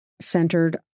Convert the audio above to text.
centered